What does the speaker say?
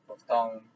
per town